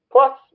Plus